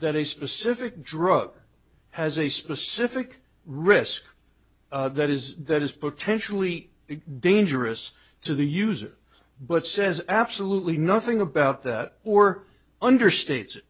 that a specific drug has a specific risk that is that is potentially dangerous to the user but says absolutely nothing about that or understates